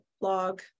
blog